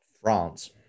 France